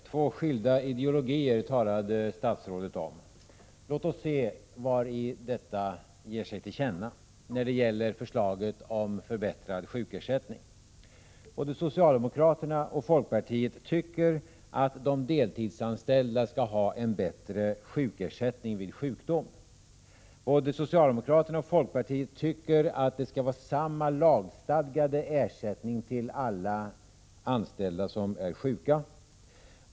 Herr talman! Statsrådet talade om två skilda ideologier. Låt oss se vari detta ger sig till känna när det gäller förslaget om förbättrad sjukersättning. Både socialdemokraterna och folkpartiet tycker att de deltidsanställda skall ha en bättre sjukersättning vid sjukdom. Både socialdemokraterna och folkpartiet tycker att det skall vara samma lagstadgade ersättning till alla anställda som är sjuka.